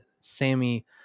Sammy